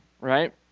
Right